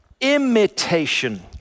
imitation